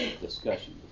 discussion